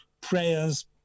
prayers